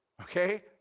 okay